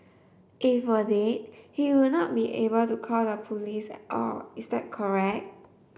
if were dead he would not be able to call the police at all is that correct